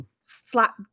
slap